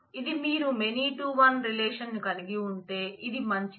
కాబట్టి ఇది మీరు మెనీ టూ వన్ రిలేషన్ కలిగి ఉంటే ఇది మంచిది